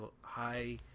high